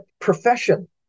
profession